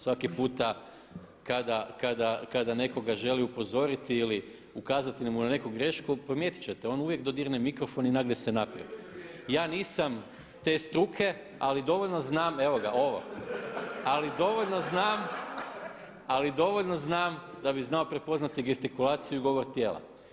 Svaki puta kada nekoga želi upozoriti ili ukazati mu na neki grešku, primijetiti ćete on uvijek dodirne mikrofon i nagne se naprijed. … [[Upadica se ne čuje.]] Ja nisam te struke ali dovoljno znam, evo ga ovo, ali dovoljno znam da bih znao prepoznati gestikulaciju i govor tijela.